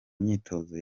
myitozo